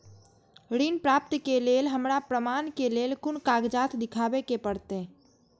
ऋण प्राप्त के लेल हमरा प्रमाण के लेल कुन कागजात दिखाबे के परते?